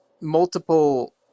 multiple